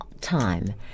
time